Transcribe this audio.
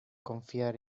confiar